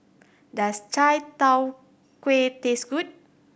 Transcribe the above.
does chai tow kway taste good